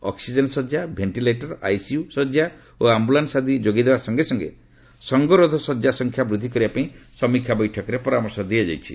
oxygen ଶଯ୍ୟା ventilator ICU ଶଯ୍ୟା ଓ ଆମ୍ଭୁଲାନ୍ନ ଆଦି ଯୋଗାଇ ଦେବା ସଙ୍ଗେ ସଙ୍ଗରୋଧ ଶଯ୍ୟା ସଂଖ୍ୟା ବୃଦ୍ଧି କରିବା ପାଇଁ ସମୀକ୍ଷା ବୈଠକରେ ପରାମର୍ଶ ଦିଆଯାଇଛି